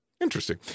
Interesting